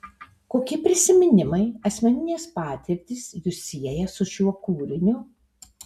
kokie prisiminimai asmeninės patirtys jus sieja su šiuo kūriniu